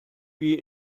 wie